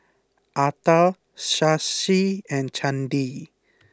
Atal Shashi and Chandi